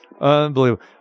Unbelievable